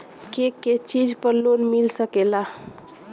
के के चीज पर लोन मिल सकेला?